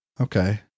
okay